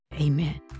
Amen